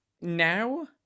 now